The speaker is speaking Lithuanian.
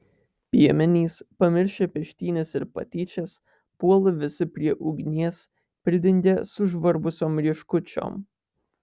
piemenys pamiršę peštynes ir patyčias puola visi prie ugnies pridengia sužvarbusiom rieškučiom